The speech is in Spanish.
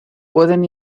pueden